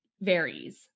varies